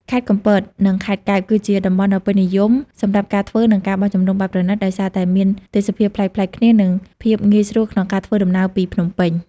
ខេត្តកំពត និងខេត្តកែប គឺជាតំបន់ដ៏ពេញនិយមសម្រាប់ការធ្វើ ការបោះជំរំបែបប្រណីត ដោយសារតែមានទេសភាពប្លែកៗគ្នា និងភាពងាយស្រួលក្នុងការធ្វើដំណើរពីភ្នំពេញ។